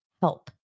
help